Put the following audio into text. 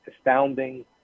astounding